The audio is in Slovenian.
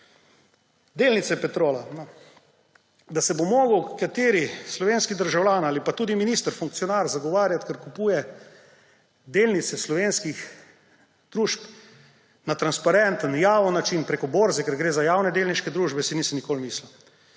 Delnice Petrola. Da se bo moral kateri slovenski državljan ali pa tudi minister, funkcionar, zagovarjati, ker kupuje delnice slovenskih družb na transparenten, javen način preko borze, ker gre za javne delniške družbe, si nisem nikoli mislil.